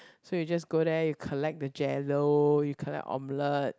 so you just go there you collect the jello you collect omelette